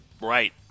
Right